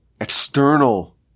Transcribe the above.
external